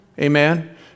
Amen